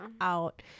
out